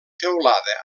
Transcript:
teulada